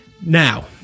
now